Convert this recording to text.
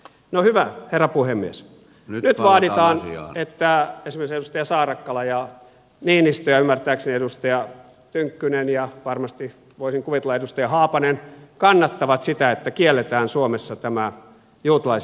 no hyvä herra puhemies nyt vaaditaan että esimerkiksi edustaja saarakkala ja niinistö ja ymmärtääkseni edustaja tynkkynen ja varmasti voisin kuvitella edustaja haapanen kannattavat sitä että kielletään suomessa tämä juutalais islamilainen teurastustapa